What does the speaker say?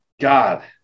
God